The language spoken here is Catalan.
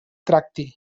tracti